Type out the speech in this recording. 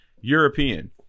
european